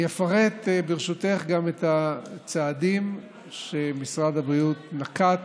ברשותך, אפרט גם את הצעדים שמשרד הבריאות נקט